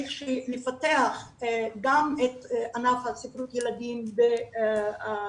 צריך לפתח גם את ענף ספרות הילדים בטכנולוגיה